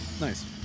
Nice